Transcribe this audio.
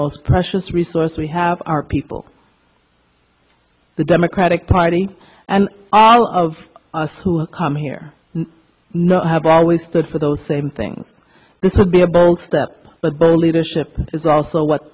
most precious resource we have our people the democratic party and all of us who come here know i have always stood for those same things this would be a bold step but the leadership is also what